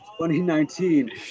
2019